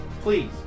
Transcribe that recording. Please